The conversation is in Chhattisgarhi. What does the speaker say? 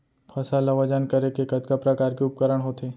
फसल ला वजन करे के कतका प्रकार के उपकरण होथे?